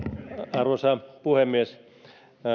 arvoisa puhemies